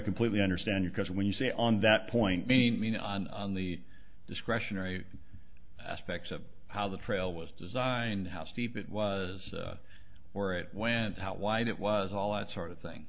completely understand you because when you say on that point i mean on on the discretionary aspects of how the trail was designed how steep it was where it went how wide it was all that sort of thing